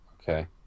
okay